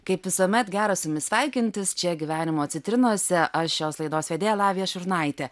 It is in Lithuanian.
kaip visuomet gera su jumis sveikintis čia gyvenimo citrinose aš šios laidos vedėja lavija šurnaitė